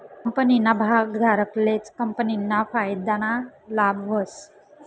कंपनीना भागधारकलेच कंपनीना फायदाना लाभ व्हस